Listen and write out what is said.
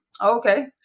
Okay